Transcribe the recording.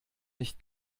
nicht